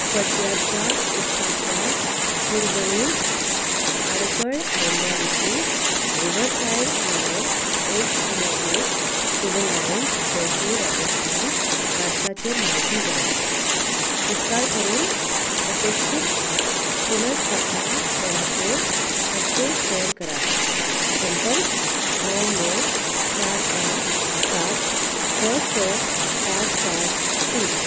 सद्याच्या उदकाच्या पुरवणींत आडखळ आयिल्ल्या विशीं रिवरसायड मेनोर एक शुन्य एक सिवील लायन्स जयपूर राजस्थान भारताचेर म्हायती जाय उपकार करून अपेक्षीत पुनर्स्थापना वेळाचेर तपशील शॅर करात संपर्क णव णव चार पांच सात स स चार चार तीन